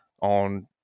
on